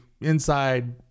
inside